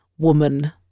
woman